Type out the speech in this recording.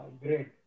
Great